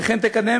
וכן תקדם,